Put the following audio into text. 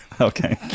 okay